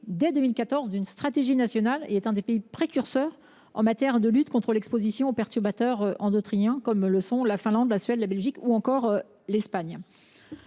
dès 2014 d’une stratégie nationale en ce sens et est l’un des pays précurseurs en matière de lutte contre l’exposition aux perturbateurs endocriniens, au même titre que la Finlande, la Suède, la Belgique ou l’Espagne.